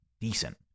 decent